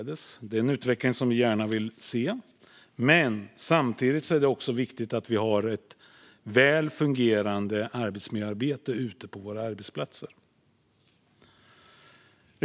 Det är en utveckling som vi gärna vill se, men samtidigt är det också viktigt att vi har ett välfungerande arbetsmiljöarbete ute på våra arbetsplatser.